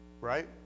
right